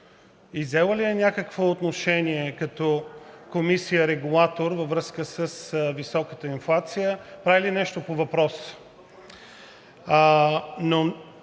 Взела ли е някакво отношение като Комисия регулатор във връзка с високата инфлация, прави ли нещо по въпроса?